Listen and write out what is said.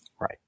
Right